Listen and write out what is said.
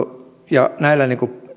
ja näillä